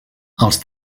als